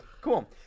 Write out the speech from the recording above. cool